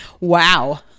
Wow